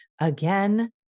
Again